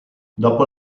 dopo